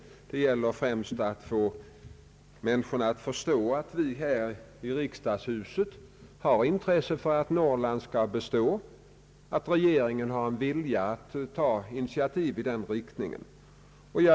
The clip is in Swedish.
Det gäller främst att få människorna att förstå att vi här i riksdagen har intresse för att Norrland skall bestå, att regeringen har en vilja att ta initiativ i den riktningen.